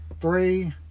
three